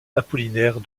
apollinaire